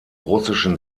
russischen